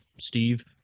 Steve